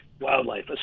wildlife